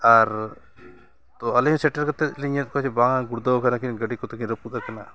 ᱟᱨ ᱛᱚ ᱟᱹᱞᱤᱧ ᱥᱮᱴᱮᱨ ᱠᱟᱛᱮᱫ ᱞᱤᱧ ᱧᱮᱞᱮᱫ ᱠᱚᱣᱟ ᱡᱮ ᱵᱟᱝ ᱜᱩᱨᱫᱟᱹᱣ ᱠᱟᱱᱟ ᱜᱟᱹᱰᱤ ᱠᱚᱛᱮᱠᱤᱱ ᱨᱟᱹᱯᱩᱫ ᱟᱠᱟᱱᱟ